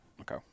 Okay